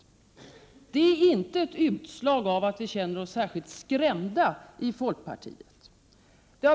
Men detta är inte ett utslag för att vi känner oss särskilt skrämda i folkpartiet.